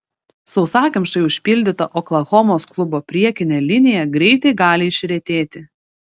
sausakimšai užpildyta oklahomos klubo priekinė linija greitai gali išretėti